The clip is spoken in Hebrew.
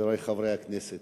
חברי חברי הכנסת,